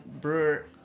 brewer